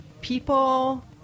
people